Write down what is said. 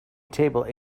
table